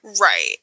right